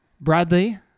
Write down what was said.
Bradley